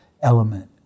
element